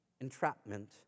entrapment